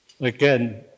again